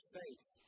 faith